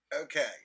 Okay